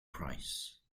price